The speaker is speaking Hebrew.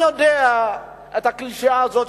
אני מכיר את הקלישאה הזאת,